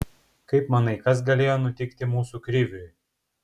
kaip manai kas galėjo nutikti mūsų kriviui